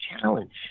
challenge